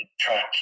track